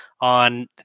on